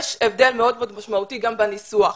ויש הבדל מאוד משמעותי גם בניסוח.